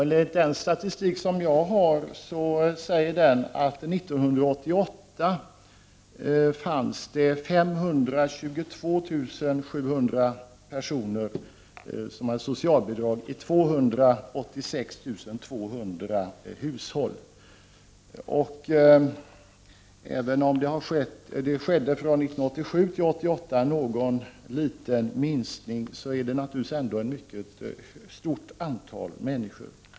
Enligt den statistik jag har från 1988 fanns det då 522700 personer som hade socialbidrag i 286 200 hushåll. Även om det från 1987 till 1988 skedde någon liten minskning är detta ett stort antal människor.